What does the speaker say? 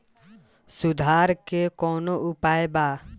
सुधार के कौनोउपाय वा?